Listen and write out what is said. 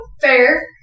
fair